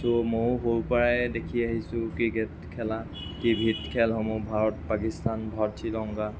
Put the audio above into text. ছ' ময়ো সৰুৰ পৰাই দেখি আহিছোঁ ক্ৰিকেট খেলা টিভিত খেলসমূহ ভাৰত পাকিস্তান ভাৰত শ্ৰীলংকা